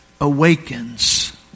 awakens